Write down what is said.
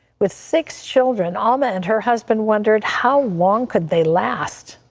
with six children alma and her husband wondered how long could they last.